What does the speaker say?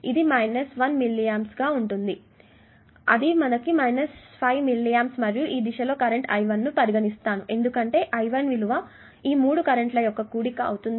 ఇది 1 milli amps అది 5 milli amps మరియు ఈ దిశలో కరెంట్ I1 పరిగణిస్తాను ఎందుకంటే I1 విలువ ఈ మూడు కరెంట్ ల యొక్క కూడిక అవుతుంది